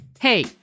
Hey